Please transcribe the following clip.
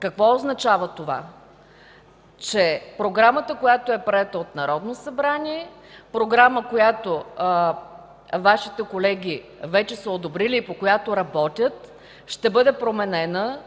Какво означава това? Че програмата, която е приета от Народното събрание, програма, която Вашите колеги вече са одобрили и по която работят, ще бъде променена,